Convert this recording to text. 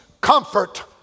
comfort